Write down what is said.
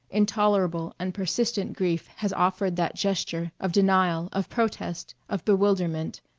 intolerable and persistent grief has offered that gesture, of denial, of protest, of bewilderment,